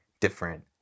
different